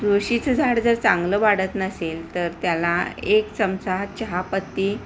तुळशीचं झाड जर चांगलं वाढत नसेल तर त्याला एक चमचा चहा पत्ती